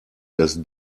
das